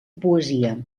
poesia